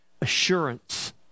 assurance